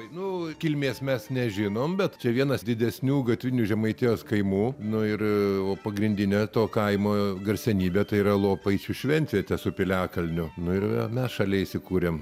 nu kilmės mes nežinom bet čia vienas didesnių gatvinių žemaitijos kaimų nu ir pagrindine to kaimo garsenybe tai yra lopaičių šventvietę su piliakalniu nu ir mes šalia įsikūrėm